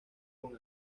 con